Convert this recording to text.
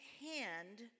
hand